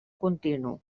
continu